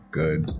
good